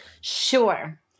Sure